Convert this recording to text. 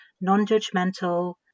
non-judgmental